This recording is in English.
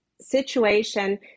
situation